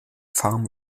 farm